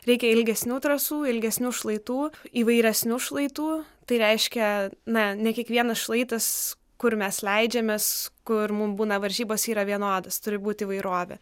reikia ilgesnių trasų ilgesnių šlaitų įvairesnių šlaitų tai reiškia na ne kiekvienas šlaitas kur mes leidžiamės kur mum būna varžybos yra vienodas turi būti įvairovė